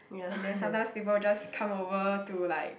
and then sometimes people just come over to like